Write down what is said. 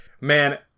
man